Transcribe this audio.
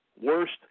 worst